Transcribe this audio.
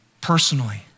Personally